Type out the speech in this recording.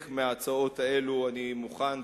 אני מוכן,